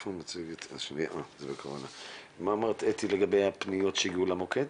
אתי, מה אמרת לגבי פניות שהגיעו למוקד?